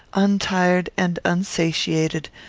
untired and unsatiated,